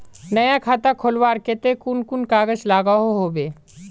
नया खाता खोलवार केते कुन कुन कागज लागोहो होबे?